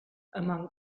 among